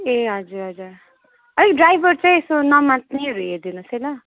ए हजुर हजुर है ड्राइभर चाहिँ यसो नमात्तनेहरू हेरिदिनु होस् है ल